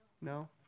No